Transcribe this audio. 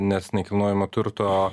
nes nekilnojamo turto